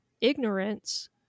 ignorance